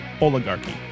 Oligarchy